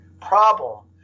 problem